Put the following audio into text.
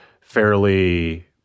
fairly